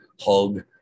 hug